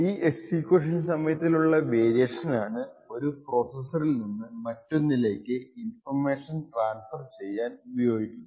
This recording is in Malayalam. ഈ എക്സിക്യൂഷൻ സമയത്തിൽ ഉള്ള വേരിയേഷൻ ആണ് ഒരു പ്രൊസസ്സിൽ നിന്ന് മറ്റൊന്നിലേക്കു ഇൻഫർമേഷൻ ട്രാൻസ്ഫർ ചെയ്യാൻ ഉപയോഗിക്കുന്നത്